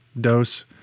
dose